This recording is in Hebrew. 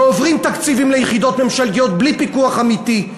ועוברים תקציבים ליחידות ממשלתיות בלי פיקוח אמיתי,